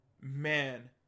Man